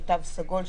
של תו סגול,